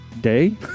day